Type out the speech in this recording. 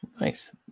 Nice